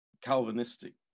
Calvinistic